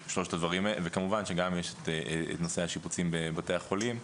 כמובן שיש גם את נושא השיפוצים בבתי החולים,